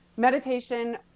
Meditation